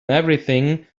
everything